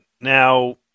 now